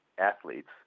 athletes